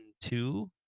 two